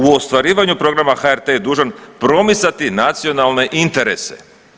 U ostvarivanju programa HRT je dužan promicati nacionalne interese.